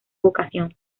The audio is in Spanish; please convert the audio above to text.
vocación